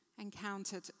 encountered